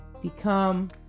become